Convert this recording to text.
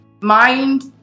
mind